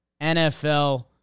NFL